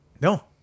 No